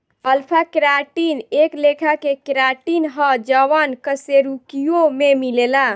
alpha keratin एक लेखा के केराटिन ह जवन कशेरुकियों में मिलेला